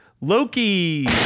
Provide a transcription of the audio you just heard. Loki